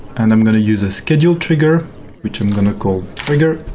and i'm going to use a scheduled trigger which i'm going to call trigger.